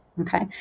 okay